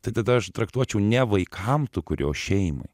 tai tada aš traktuočiau ne vaikam tu kuri o šeimai